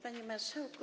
Panie Marszałku!